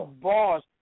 Boss